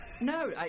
No